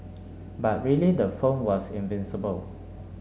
but really the phone was invincible